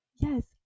yes